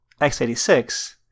x86